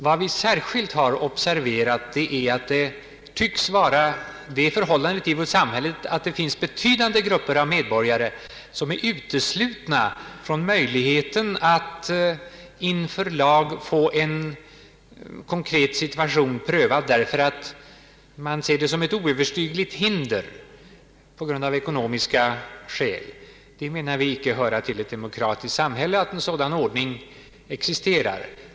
Vad vi särskilt har observerat är att det tycks vara så i vårt samhälle att det finns betydande grupper av medborgare som är uteslutna från möjligheten att inför lag få en konkret situation prövad, därför att ekonomiska skäl bildar ett oöverstigligt hinder. Det menar vi icke höra till ett demokratiskt samhälle att en sådan ordning existerar.